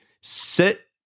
sit